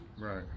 Right